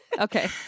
Okay